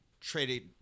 traded